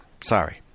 sorry